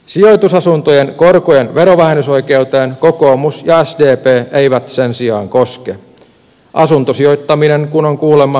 sijoitusasuntojen korkojen verovähennysoikeuteen kokoomus ja sdp eivät sen sijaan koske asuntosijoittaminen kun on kuulemma tulonhankkimista